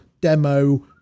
demo